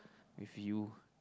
with you